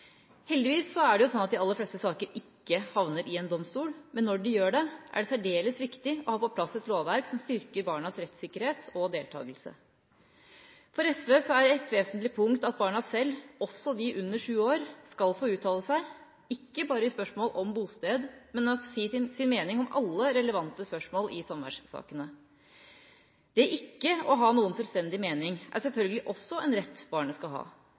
er det slik at de aller fleste saker ikke havner i en domstol, men når de gjør det, er det særdeles viktig å ha på plass et lovverk som styrker barnas rettssikkerhet og deltakelse. For SV er et vesentlig punkt at barna selv, også de under sju år, skal få uttale seg – ikke bare i spørsmål om bosted, men få si sin mening om alle relevante spørsmål i samværssakene. Det ikke å ha noen selvstendig mening er også en rett barnet skal ha.